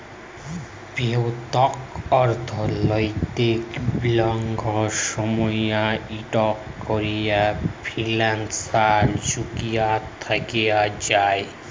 প্যত্তেক অর্থলৈতিক বিলিয়গের সময়ই ইকট ক্যরে ফিলান্সিয়াল ঝুঁকি থ্যাকে যায়